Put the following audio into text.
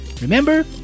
Remember